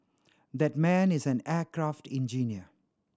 that man is an aircraft engineer